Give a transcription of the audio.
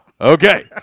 Okay